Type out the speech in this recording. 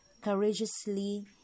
courageously